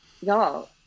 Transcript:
y'all